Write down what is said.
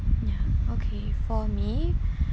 ya okay for me